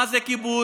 מה זה כיבוש,